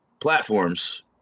platforms